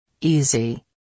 Easy